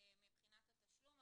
מבחינת התשלום,